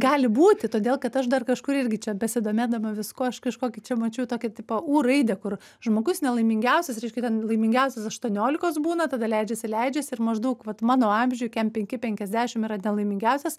gali būti todėl kad aš dar kažkur irgi čia besidomėdama viskuo aš kažkokį čia mačiau tokią tipo u raidę kur žmogus nelaimingiausias reiškia ten laimingiausias aštuoniolikos būna tada leidžiasi leidžiasi ir maždaug vat mano amžiuj kem penki penkiasdešim yra nelaimingiausias